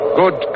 good